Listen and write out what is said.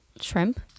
Shrimp